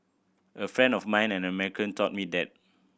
a friend of mine an American taught me that